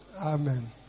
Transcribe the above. Amen